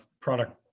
product